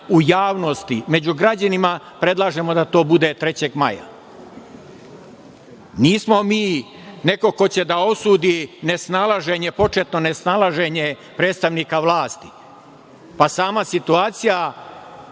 u javnosti među građanima, predlažemo da to bude 3. maja. Nismo mi neko ko će da osudi nesnalaženje, početno nesnalaženje predstavnika vlasti. Pa, sama situacija